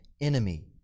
enemy